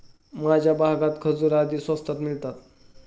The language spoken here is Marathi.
माझ्या भागात खजूर अगदी स्वस्तात मिळतात